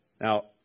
Now